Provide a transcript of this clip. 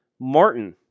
Martin